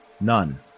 none